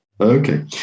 Okay